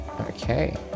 Okay